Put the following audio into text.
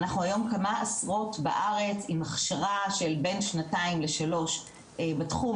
אנחנו היום כמה עשרות בארץ עם הכשרה של בין שנתיים לשלוש בתחום,